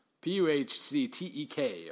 P-U-H-C-T-E-K